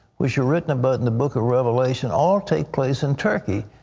which are written about in the book of revelation, all take place in turkey.